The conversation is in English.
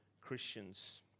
Christians